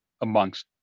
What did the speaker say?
amongst